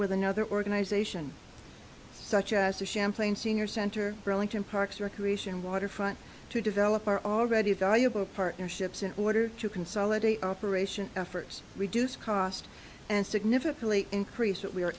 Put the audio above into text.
with another organization such as the champlain senior center burlington parks recreation waterfront to develop our already valuable partnerships in order to consolidate our operation efforts reduce cost and significantly increase what we are